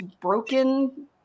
broken